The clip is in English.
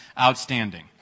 outstanding